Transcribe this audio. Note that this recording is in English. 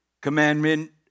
commandment